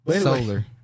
Solar